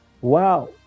Wow